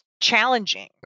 challenging